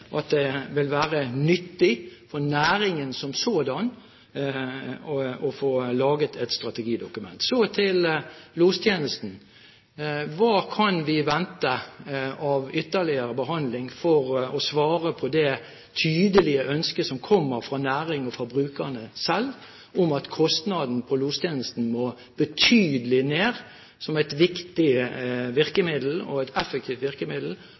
statsråden at det vil være nyttig for næringen som sådan at det blir laget et strategidokument? Så til lostjenesten: Hva kan vi vente av ytterligere behandling for å svare på det tydelige ønsket som kommer fra næringen og fra brukerne selv, om at kostnaden på lostjenesten må betydelig ned som et viktig virkemiddel, og et effektivt virkemiddel,